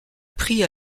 pris